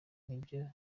nibyo